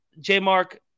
J-Mark